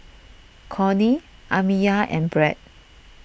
Cornie Amiyah and Brad